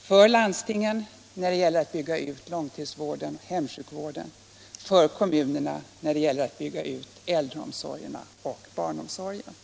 för landstingen när det gäller att bygga ut långtidsvården och hemsjukvården, eller för kommunerna när det gäller att bygga ut äldreomsorgen och barnomsorgen.